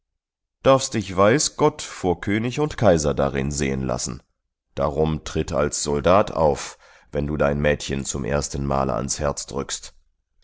darfst dich weiß gott vor könig und kaiser darin sehen lassen darum tritt als soldat auf wenn du dein mädchen zum ersten male ans herz drückst